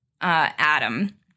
Adam